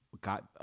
Got